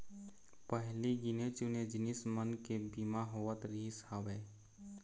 पहिली गिने चुने जिनिस मन के बीमा होवत रिहिस हवय